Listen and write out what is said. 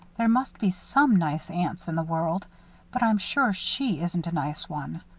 there must be some nice aunts in the world but i'm sure she isn't a nice one.